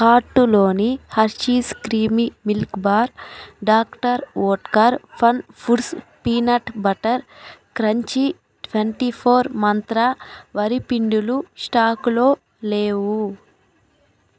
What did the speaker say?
కార్టులోని Hershey's creamy milk bar doctor Oetker fun foods peanut butter crunchy twenty four Mantra వరిపిండిలు స్టాకులో లేవు